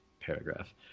paragraph